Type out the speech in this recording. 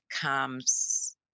comes